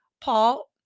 Paul